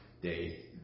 day